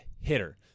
hitter